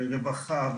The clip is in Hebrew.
ורווחה,